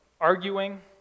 arguing